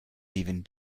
leaving